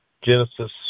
Genesis